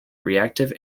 reactive